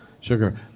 Sugar